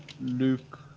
Luke